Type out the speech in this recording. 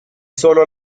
sólo